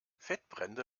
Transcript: fettbrände